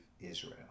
Israel